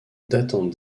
datant